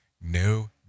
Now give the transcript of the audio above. no